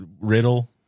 riddle